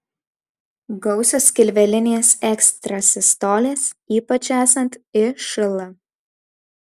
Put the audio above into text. gausios skilvelinės ekstrasistolės ypač esant išl